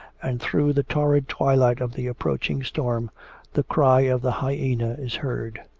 and through the torrid twilight of the approaching storm the cry of the hyena is heard.